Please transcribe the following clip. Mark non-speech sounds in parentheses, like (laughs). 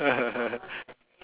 (laughs)